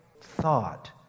thought